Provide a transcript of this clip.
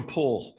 Paul